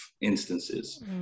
instances